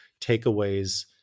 takeaways